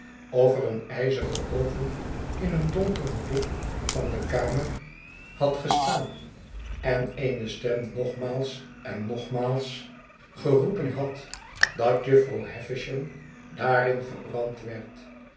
er een ijzeren oven in een donkeren hoek van de kamer had gestaari en eene stem nogmaals en nogmaalsgeroepenhad dat jufvrouw havisham daarin verbrand werd